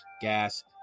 gas